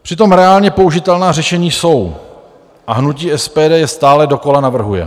Přitom reálně použitelná řešení jsou a hnutí SPD je stále dokola navrhuje.